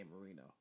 Marino